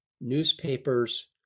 newspapers